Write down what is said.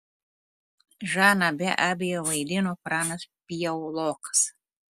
žaną be abejo vaidino pranas piaulokas